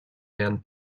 man